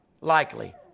likely